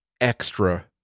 extra